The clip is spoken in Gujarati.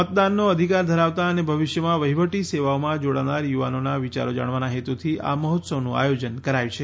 મતદાનનો અધિકાર ધરાવતા અને ભવિષ્યમાં વહીવટી સેવાઓમાં જોડાનાર યુવાનોના વિચારો જાણવાના હેતુથી આ મહોત્સવનું આયોજન કરાય છે